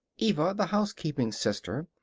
eva, the housekeeping sister,